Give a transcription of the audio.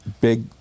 big